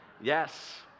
Yes